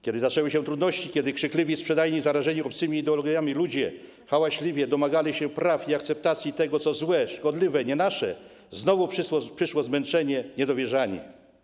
Kiedy zaczęły się trudności, kiedy krzykliwi, sprzedajni, zarażeni obcymi ideologiami ludzie hałaśliwie domagali się praw i akceptacji tego, co złe, szkodliwe, nie nasze, znowu przyszło zmęczenie, niedowierzanie.